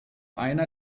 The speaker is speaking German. einer